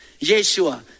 Yeshua